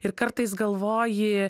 ir kartais galvoji